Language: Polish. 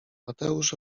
mateusz